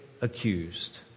accused